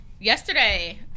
yesterday